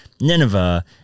Nineveh